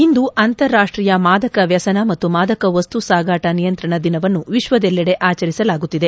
ಇಂದು ಅಂತಾರಾಷ್ಟೀಯ ಮಾದಕ ವ್ಯಸನ ಮತ್ತು ಮಾದಕವಸ್ತು ಸಾಗಾಟ ನಿಯಂತ್ರಣ ದಿನವನ್ನು ವಿಶ್ವದೆಲ್ಲೆಡೆ ಆಚರಿಸಲಾಗುತ್ತಿದೆ